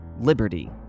Liberty